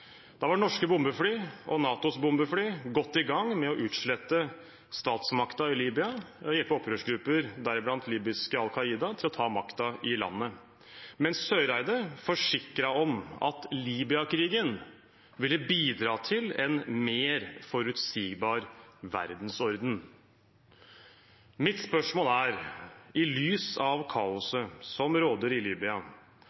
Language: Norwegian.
var norske bombefly og NATOs bombefly godt i gang med å utslette statsmakten i Libya og hjelpe opprørsgrupper, deriblant libyske Al Qaida, til å ta makten i landet. Men Eriksen Søreide forsikret om at Libya-krigen ville bidra til en mer forutsigbar verdensorden. Mitt spørsmål er – i lys av